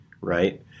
right